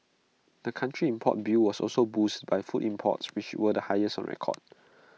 the country's import bill was also boosted by food imports which were the highest on record